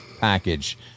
package